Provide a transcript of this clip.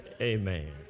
amen